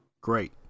Great